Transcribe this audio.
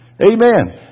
Amen